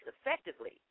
effectively